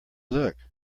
look